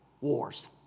wars